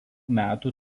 metų